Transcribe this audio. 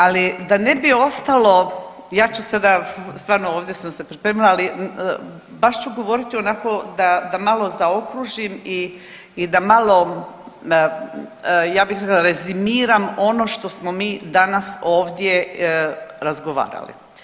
Ali da ne bi ostalo, ja ću sada stvarno ovdje sam se pripremila, ali baš ću govoriti onako da, da malo zaokružim i da malo ja bih rezimiram ono što smo mi danas ovdje razgovarali.